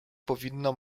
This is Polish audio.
powinno